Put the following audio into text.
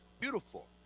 beautiful